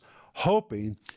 hoping